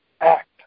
act